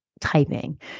typing